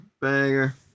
Banger